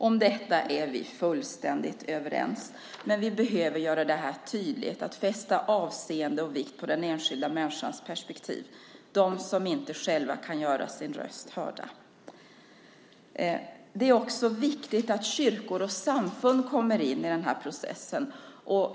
Om detta är vi fullständigt överens, men vi behöver göra det här tydligt, att fästa avseende och vikt vid de enskilda människornas perspektiv, de som inte själva kan göra sina röster hörda. Det är också viktigt att kyrkor och samfund kommer in i den här processen.